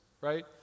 right